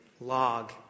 log